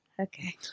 Okay